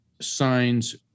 signs